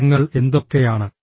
തരങ്ങൾ എന്തൊക്കെയാണ്